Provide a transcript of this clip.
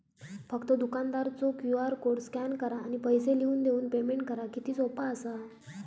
फक्त दुकानदारचो QR code scan करा आणि पैसे लिहून देऊन पेमेंट करा किती सोपा असा